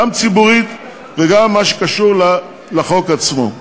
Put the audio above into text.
גם ציבורית וגם מה שקשור לחוק עצמו.